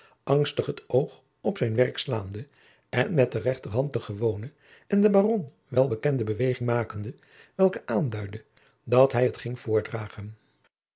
angstig het oog op zijn werk slaande en met de rechterhand de gewone en den jacob van lennep de pleegzoon baron welbekende beweging makende welke aanduidde dat hij het ging voordragen